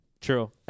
True